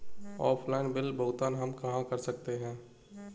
Offline bill भुगतान हम कहां कर सकते हैं?